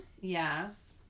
Yes